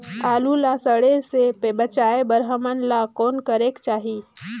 आलू ला सड़े से बचाये बर हमन ला कौन करेके चाही?